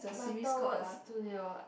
Butterworks studio ah